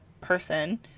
person